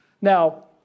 Now